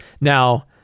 now